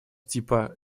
типа